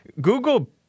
Google